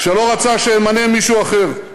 שלא רצה שאמנה מישהו אחר.